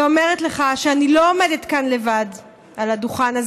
ואומרת לך שאני לא עומדת כאן לבד על הדוכן.